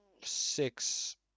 six